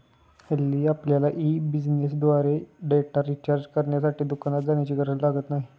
हल्ली आपल्यला ई बिझनेसद्वारे डेटा रिचार्ज करण्यासाठी दुकानात जाण्याची गरज लागत नाही